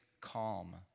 calm